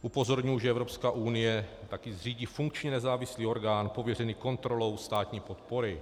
Upozorňuji, že Evropská unie taky zřídí funkční nezávislý orgán pověřený kontrolou státní podpory.